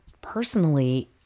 personally